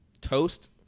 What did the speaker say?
toast